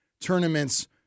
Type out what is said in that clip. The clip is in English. tournaments